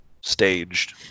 staged